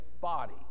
body